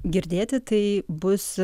girdėti tai bus